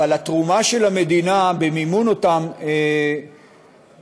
אבל התרומה של המדינה במימון אותן מכינות